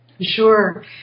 Sure